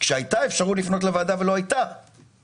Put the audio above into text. כשהייתה אפשרות לפנות לוועדה ולא הייתה פנייה?